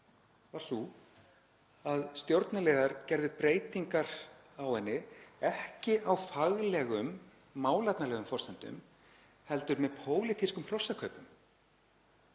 var sú að stjórnarliðar gerðu breytingar á henni, ekki á faglegum, málefnalegum forsendum heldur með pólitískum hrossakaupum.